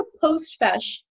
post-fesh